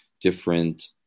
different